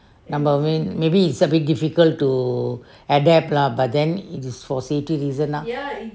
maybe it's a bit difficult to adapt lah but then it just for safety reason ah